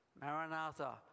Maranatha